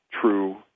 true